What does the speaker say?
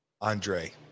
Andre